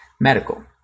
medical